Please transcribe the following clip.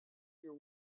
your